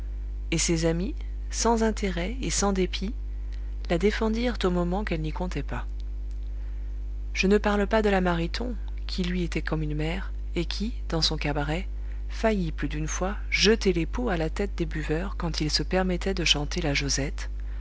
et ces amis sans intérêt et sans dépit la défendirent au moment qu'elle n'y comptait pas je ne parle pas de la mariton qui lui était comme une mère et qui dans son cabaret faillit plus d'une fois jeter les pots à la tête des buveurs quand ils se permettaient de chanter la josette